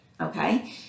Okay